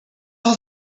all